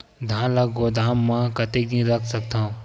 धान ल गोदाम म कतेक दिन रख सकथव?